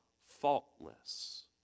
faultless